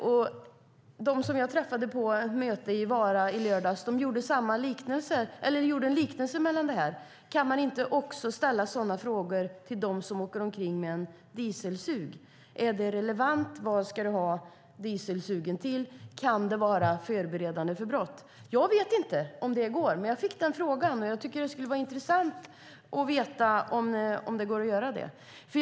De jag i lördags träffade på mötet i Vara undrade om det inte går att ställa samma typ av frågor till dem som åker omkring med en dieselsug: Är det relevant? Till vad ska du ha dieselsugen? Kan det vara ett förberedande av brott? Jag vet inte om det går. Jag fick i alla fall en fråga om det. Det skulle vara intressant att veta om det går att göra på nämnda sätt.